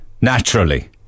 naturally